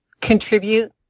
contribute